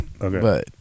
Okay